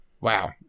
wow